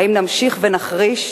האם נמשיך ונחריש?